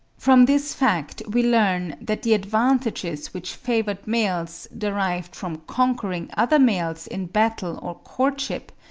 from this fact we learn that the advantages which favoured males derive from conquering other males in battle or courtship,